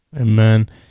Amen